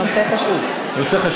הנושא חשוב.